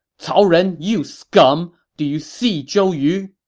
cao ren you scum! do you see zhou yu!